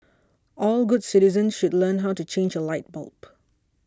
all good citizens should learn how to change a light bulb